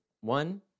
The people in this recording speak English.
one